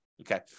Okay